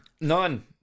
None